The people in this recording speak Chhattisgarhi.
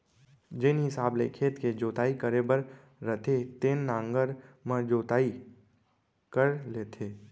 जेन हिसाब ले खेत के जोताई करे बर रथे तेन नांगर म जोताई कर लेथें